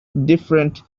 different